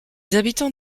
habitants